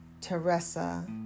Teresa